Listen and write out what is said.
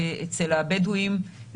אצל הבדואים,